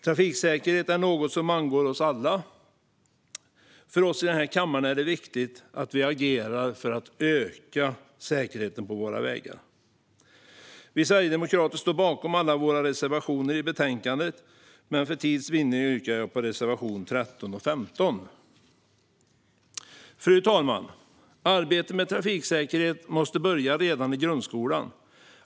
Trafiksäkerhet är något som angår oss alla. Det är viktigt att vi i den här kammaren agerar för att öka säkerheten på våra vägar. Vi sverigedemokrater står bakom alla våra reservationer i betänkandet, men för tids vinnande yrkar jag bifall endast till reservationerna 13 och 15. Fru talman! Arbetet med trafiksäkerhet måste börja redan i grundskolan.